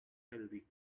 healthy